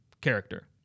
character